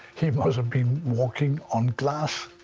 he must have been walking on glass